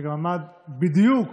שגם עמד בדיוק